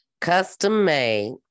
Custom-made